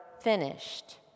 finished